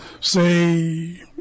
say